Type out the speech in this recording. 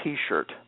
T-shirt